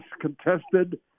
contested